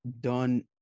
done